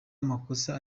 amakosa